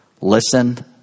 listen